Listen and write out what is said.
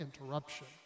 interruption